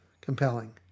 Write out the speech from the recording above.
compelling